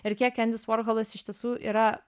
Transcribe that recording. ir kiek endis vorholas iš tiesų yra